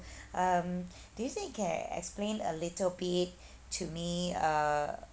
um do you think you can explain a little bit to me uh